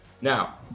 Now